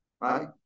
right